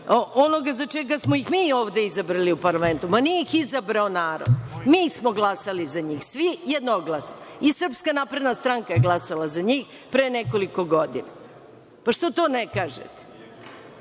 onoga za čega smo ih mi ovde izabrali u parlamentu. Ma, nije ih izabrao narod, mi smo glasali za njih, svi jednoglasno i SNS je glasala za njih pre nekoliko godina. Pa, što to ne kažete?